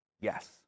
yes